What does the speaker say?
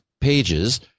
pages